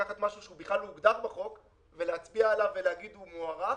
לקחת משהו שבכלל לא הוגדר בחוק ולהצביע עליו ולהגיד שהוא מוארך.